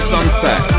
Sunset